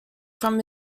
from